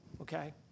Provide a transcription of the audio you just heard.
okay